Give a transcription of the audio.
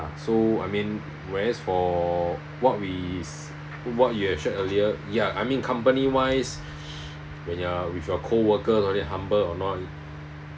so I mean whereas for what we what you have shared earlier ya I mean company wise when you're with your coworker no need humble or not